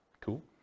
Cool